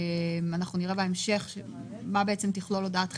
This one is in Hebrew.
אנחנו נראה בהמשך מה תכלול הודעת חיוב,